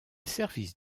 service